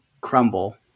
crumble